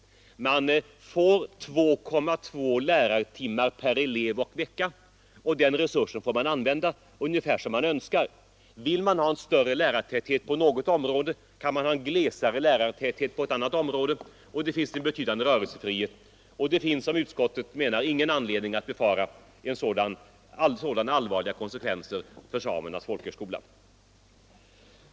Man får 2,2 lärartimmar per elev och vecka, och den resursen får man använda ungefär som man önskar. Vill man ha större lärartäthet på något område, kan man ha glesare lärartäthet på annat område. Det finns enligt utskottets mening ingen anledning att befara allvarliga konsekvenser för Samernas folkhögskola.